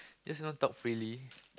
just not talk freely